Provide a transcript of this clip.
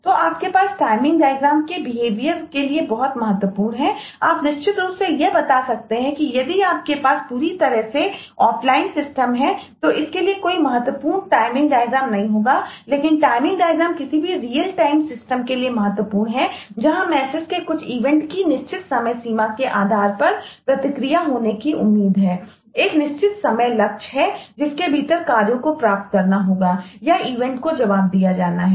तो आपके पास टाइमिंग डायग्राम को जवाब दिया जाना है